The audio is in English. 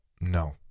no